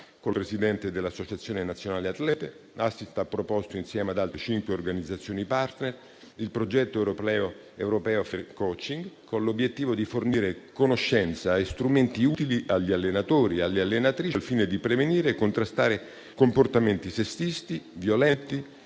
con la Presidente dell'Associazione nazionale atlete, che ha proposto insieme ad altre cinque organizzazioni *partner* il progetto europeo «Fair coaching», con l'obiettivo di fornire conoscenza e strumenti utili agli allenatori e alle allenatrici al fine di prevenire e contrastare comportamenti sessisti, violenti